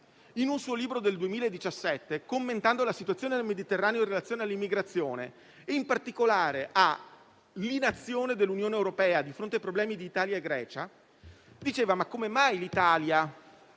in un suo libro del 2017, commentando la situazione del Mediterraneo in relazione all'immigrazione e, in particolare, all'inazione dell'Unione europea di fronte ai problemi di Italia e Grecia, si chiedeva come mai l'Italia